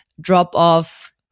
drop-off